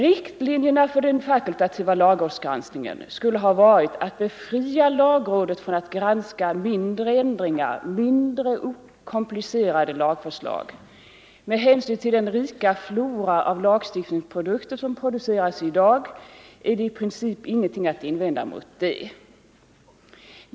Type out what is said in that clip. Riktlinjerna för den fakultativa lagrådsgranskningen skulle ha varit att befria lagrådet från att granska mindre ändringar och mindre komplicerade lagförslag. Med hänsyn till den rika floran av lagstiftningsprodukter i dag är det i princip ingenting att invända mot detta.